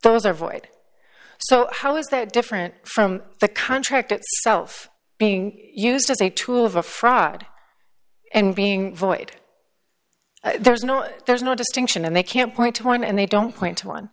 those are void so how is that different from the contract itself being used as a tool of a fraud and being void there's no there's no distinction and they can't point to point and they don't point